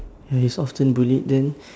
ya he's often bullied then